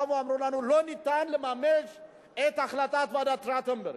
לא ניתן לממש את החלטת ועדת-טרכטנברג.